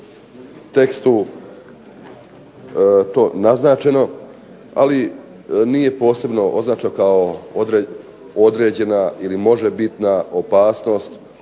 tekstu to naznačeno, ali nije posebno označeno kao određena ili možebitna opasnost